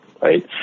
right